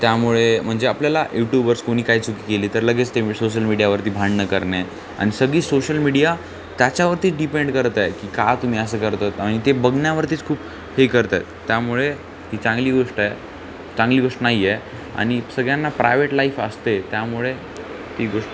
त्यामुळे म्हणजे आपल्याला यूट्यूबर्स कोणी काय चुकी केली तर लगेच ते सोशल मीडियावरती भांडणं करणे आणि सगळी सोशल मीडिया त्याच्यावरती डिपेंड करतं आहे की का तुम्ही असं करतात आणि ते बघण्यावरतीच खूप हे करत आहेत त्यामुळे ती चांगली गोष्ट आहे चांगली गोष्ट नाही आहे आणि सगळ्यांना प्रायवेट लाईफ असते त्यामुळे ती गोष्